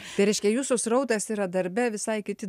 tai reiškia jūsų srautas yra darbe visai kiti